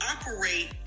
operate